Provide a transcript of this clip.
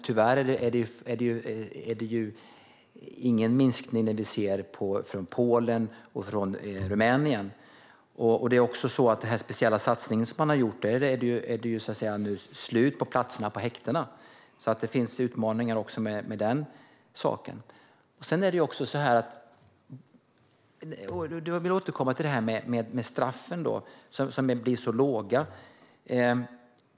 Tyvärr ser vi ingen minskning från Polen och Rumänien, och den speciella satsning som har gjorts har tyvärr inneburit att platserna på häktena är slut. Det finns utmaningar också med den saken. Jag vill återkomma till straffen som blir så låga.